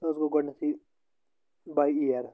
سُہ حظ گوٚو گۄڈٕنیٚتھٕے باے اِیَر